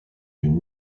d’une